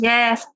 Yes